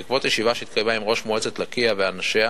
בעקבות ישיבה שהתקיימה עם ראש מועצת לקיה ואנשיה,